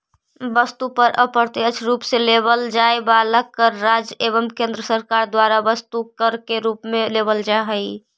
वस्तु पर अप्रत्यक्ष रूप से लेवल जाए वाला कर राज्य एवं केंद्र सरकार द्वारा वस्तु कर के रूप में लेवल जा हई